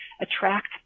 attract